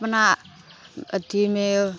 अपना अथीमे